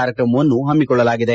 ಕಾರ್ಯಕ್ರಮವನ್ನು ಪಮ್ಮಿಕೊಳ್ಳಲಾಗಿದೆ